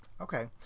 Okay